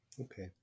Okay